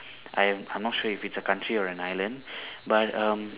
I am I'm not sure if it's a country or an island but um